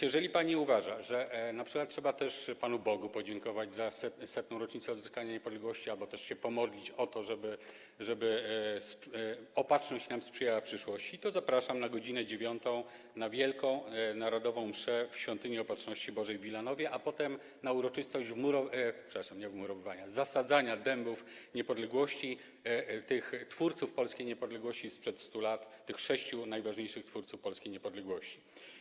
Jeżeli pani uważa, że np. trzeba też Panu Bogu podziękować za 100. rocznicę odzyskania niepodległości albo też się pomodlić o to, żeby Opatrzność nam sprzyjała w przyszłości, to zapraszam na godz. 9 na wielką narodową mszę w Świątyni Opatrzności Bożej w Wilanowie, a potem na uroczystość zasadzenia dębów niepodległości, dębów twórców polskiej niepodległości sprzed 100 lat, tych sześciu najważniejszych twórców polskiej niepodległości.